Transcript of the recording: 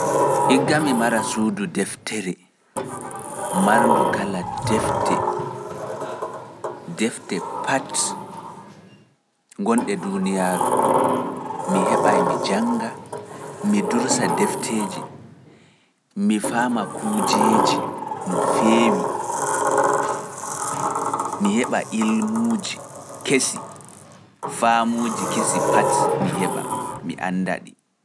Iggan mi mara suudu deftere, marndu kala defte, defte pat ngonɗe duuniyaaru, mi heɓa e mi jannga, mi dursa defteeje, mi faama kujeeji no feewi, mi heɓa ilmuuji kesi, faamuuji kesi pat mi heɓa, mi annda ɗi.